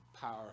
power